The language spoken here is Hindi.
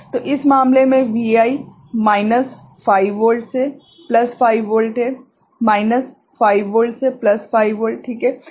तो इस मामले में Vi माइनस 5 वोल्ट से प्लस 5 वोल्ट है माइनस 5 वोल्ट से प्लस 5 वोल्ट ठीक है